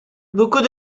beaucoup